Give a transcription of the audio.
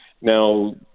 Now